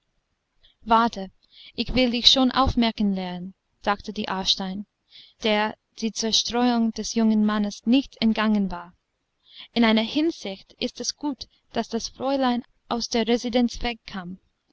warte ich will dich schon aufmerken lehren dachte die aarstein der die zerstreuung des jungen mannes nicht entgangen war in einer hinsicht ist es gut daß das fräulein aus der residenz wegkam